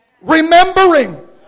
remembering